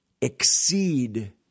exceed